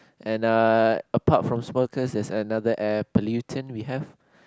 and uh apart from smokers there's a another air pollutant we have